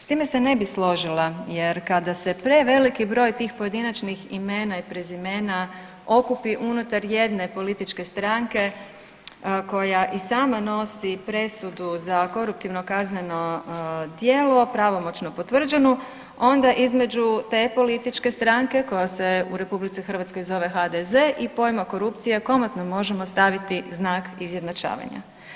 S time se ne bi složila jer kada se preveliki broj tih pojedinačnih imena i prezimena okupi unutar jedne političke stranke koja i sama nosi presudu za koruptivno kazneno djelo pravomoćno potvrđenu onda između te političke stranke koja se u RH zove HDZ i pojma korupcije komotno možemo staviti znak izjednačavanja.